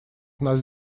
нас